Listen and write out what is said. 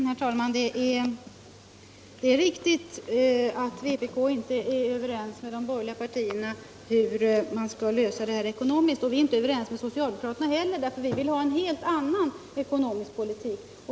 Herr talman! Det är riktigt att vpk inte är överens med de borgerliga partierna om hur man skall lösa det här ekonomiskt. Vi är inte överens med socialdemokraterna heller, därför att vi vill ha en helt annan ekonomisk politik.